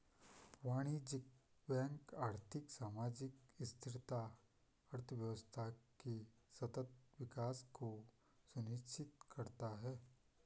वाणिज्यिक बैंक आर्थिक, सामाजिक स्थिरता, अर्थव्यवस्था के सतत विकास को सुनिश्चित करता है